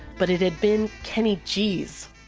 but it had been kenny g's